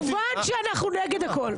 כמובן שאנחנו נגד הכול.